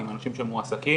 עם אנשים שמועסקים,